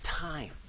time